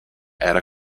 era